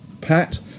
PAT